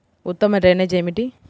ఉత్తమ డ్రైనేజ్ ఏమిటి?